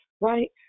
right